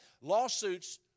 lawsuits